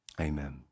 amen